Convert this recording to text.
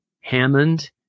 Hammond